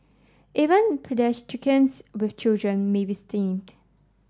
even paediatricians with children may be stymied